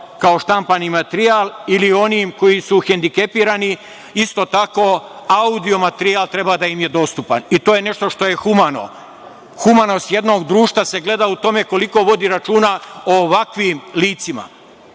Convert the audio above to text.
kao štampani materijal ili onima koji su hendikepirani isto tako, audio materijal treba da im je dostupan i to je nešto što je humano. Humanost jednog društva se gleda u tome koliko vodi računa o ovakvim licima,